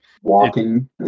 Walking